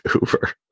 uber